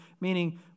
Meaning